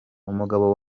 umugabo